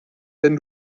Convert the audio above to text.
wenn